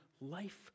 life